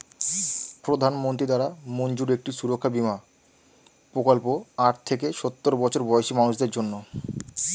প্রধানমন্ত্রী দ্বারা মঞ্জুর একটি সুরক্ষা বীমা প্রকল্প আট থেকে সওর বছর বয়সী মানুষদের জন্যে